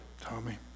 Tommy